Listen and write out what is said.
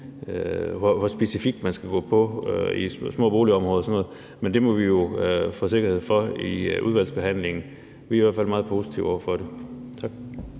hvor specifik man skal være i små boligområder og sådan noget, men det må vi jo få sikkerhed for i udvalgsbehandlingen. Vi er i hvert fald meget positive over for det. Tak.